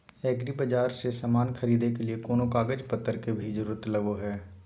एग्रीबाजार से समान खरीदे के लिए कोनो कागज पतर के भी जरूरत लगो है?